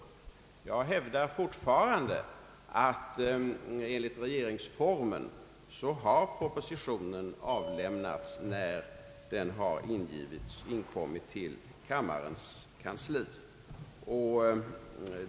Jag hävdar fortfarande att en proposition enligt regeringsformen har avlämnats i och med att den har inkommit till kammarens kansli.